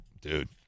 Dude